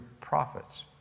prophets